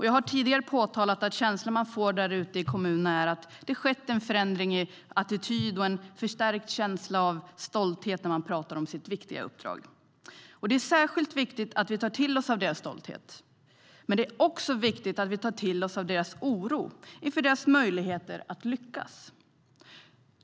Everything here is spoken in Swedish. Jag har tidigare påtalat att känslan man får där ute i kommunerna är att det skett en förändring i attityd, och det finns en förstärkt känsla av stolthet när man talar om sitt viktiga uppdrag. Det är särskilt viktigt att vi tar till oss av deras stolthet. Men det är också viktigt att vi tar till oss av deras oro inför deras möjligheter att lyckas.